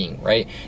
Right